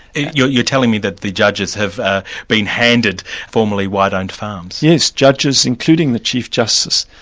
you're you're telling me that the judges have ah been handed formerly white-owned farms? yes, judges, including the chief justice,